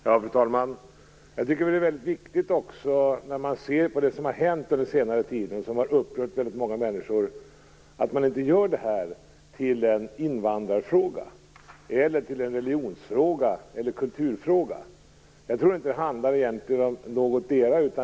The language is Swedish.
Fru talman! Jag tycker också att det är väldigt viktigt när man ser på vad som har hänt under senare tid, och som har upprört väldigt många människor, att man inte gör detta till en invandrarfråga, en religionsfråga eller en kulturfråga. Jag tror egentligen inte att det handlar om något av detta.